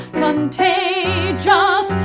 contagious